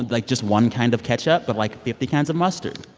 like, just one kind of ketchup but, like, fifty kinds of mustard.